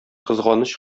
кызганыч